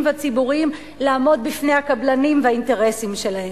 והציבוריים לעמוד בפני הקבלנים והאינטרסים שלהם.